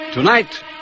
Tonight